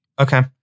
Okay